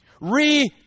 re